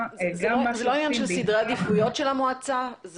זה לא עניין של סדרי עדיפויות של המועצה?